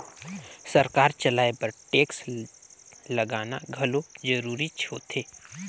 सरकार चलाए बर टेक्स लगाना घलो जरूरीच होथे